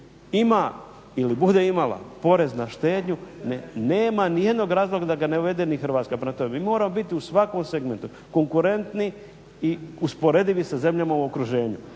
ima ili bude imala porez na štednju nema ni jednog razloga da ga ne uvede ni Hrvatska. Prema tome, bi morao biti u svakom segmentu konkurentni i usporedivi sa zemljama u okruženju.